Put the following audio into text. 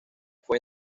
fue